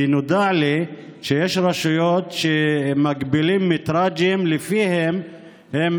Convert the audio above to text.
כי נודע לי שיש רשויות שמגבילות את הקילומטרז' שלפיו הן